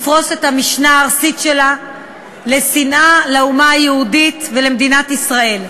לפרוס את המשנה הארסית שלה לשנאה לאומה היהודית ולמדינת ישראל.